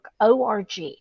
ORG